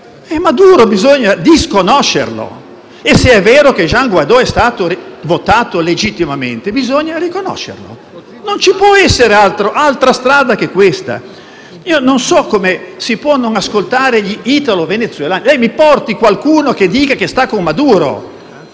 falsate, bisogna disconoscerlo e, se è vero che Guaidó è stato votato legittimamente, bisogna riconoscerlo: non ci può essere altra strada che questa. Io non so come si possano non ascoltare gli italo-venezuelani: mi porti qualcuno che dica che sta con Maduro;